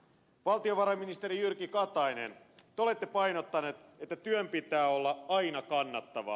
valtiovarainministeri jyrki katainen te olette painottanut että työn pitää olla aina kannattavaa